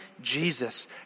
Jesus